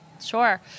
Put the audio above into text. Sure